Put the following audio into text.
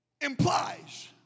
implies